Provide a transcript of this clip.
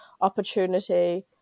opportunity